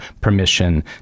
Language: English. permission